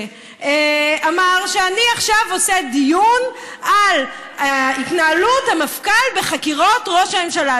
ואמר: אני עכשיו עושה דיון על התנהלות המפכ"ל בחקירות ראש הממשלה.